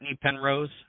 Penrose